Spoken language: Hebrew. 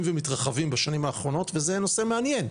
ומתרחבים בשנים האחרונות וזה נושא מעניין,